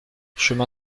chemin